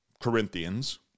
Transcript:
Corinthians